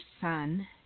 son